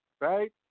Right